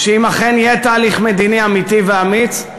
שאם אכן יהיה תהליך מדיני אמיתי ואמיץ,